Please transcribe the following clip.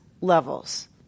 levels